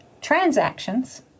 transactions